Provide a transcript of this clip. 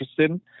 interested